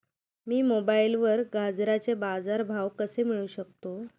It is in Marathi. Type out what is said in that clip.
मी मोबाईलवर गाजराचे बाजार भाव कसे मिळवू शकतो?